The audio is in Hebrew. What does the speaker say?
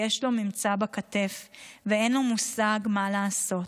יש לו ממצא בכתף ואין לו מושג מה לעשות.